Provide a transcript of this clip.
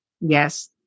Yes